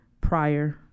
prior